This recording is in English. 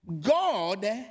God